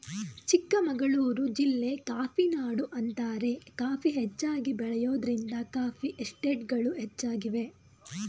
ಚಿಕ್ಕಮಗಳೂರು ಜಿಲ್ಲೆ ಕಾಫಿನಾಡು ಅಂತಾರೆ ಕಾಫಿ ಹೆಚ್ಚಾಗಿ ಬೆಳೆಯೋದ್ರಿಂದ ಕಾಫಿ ಎಸ್ಟೇಟ್ಗಳು ಹೆಚ್ಚಾಗಿವೆ